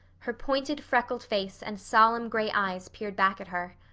her pointed freckled face and solemn gray eyes peered back at her.